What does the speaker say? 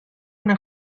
una